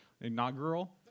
Inaugural